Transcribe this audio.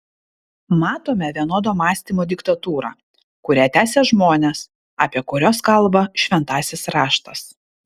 matome vienodo mąstymo diktatūrą kurią tęsia žmonės apie kuriuos kalba šventasis raštas